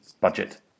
budget